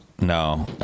No